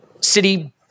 City